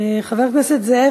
חבר הכנסת זאב,